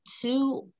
two